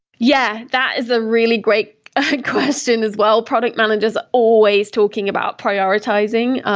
yeah, that is a really great ah question as well. product managers are always talking about prioritizing,